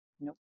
nope